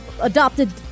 adopted